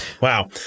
Wow